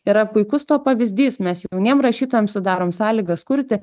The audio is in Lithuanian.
yra puikus to pavyzdys mes jauniem rašytojam sudarom sąlygas kurti